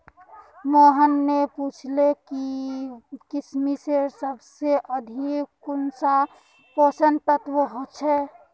मोहन ने पूछले कि किशमिशत सबसे अधिक कुंन सा पोषक तत्व ह छे